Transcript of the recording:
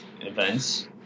events